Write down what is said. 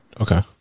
Okay